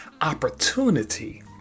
opportunity